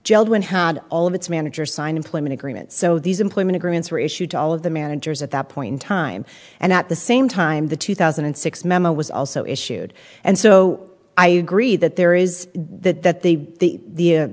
jelled when had all of its managers sign employment agreements so these employment agreements were issued to all of the managers at that point time and at the same time the two thousand and six memo was also issued and so i agree that there is that that the the t